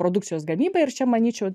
produkcijos gamyba ir čia manyčiau